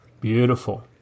Beautiful